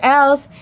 else